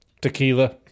Tequila